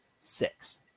six